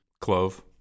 clove